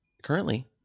Currently